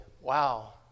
wow